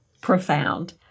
Profound